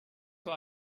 who